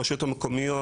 ברשויות המקומיות,